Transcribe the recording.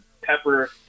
pepper